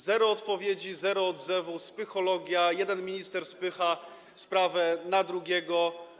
Zero odpowiedzi, zero odzewu, spychologia, jeden minister spycha sprawę na drugiego.